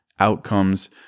outcomes